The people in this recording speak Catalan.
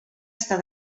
estar